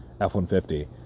F-150